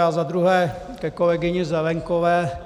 A za druhé ke kolegyni Zelienkové.